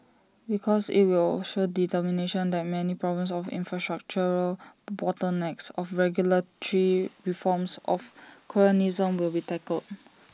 because IT will show determination that many problems of infrastructural bottlenecks of regulatory reforms of cronyism will be tackled